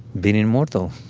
being immortal,